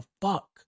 fuck